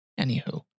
Anywho